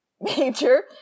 major